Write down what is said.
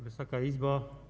Wysoka Izbo!